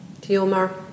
tumor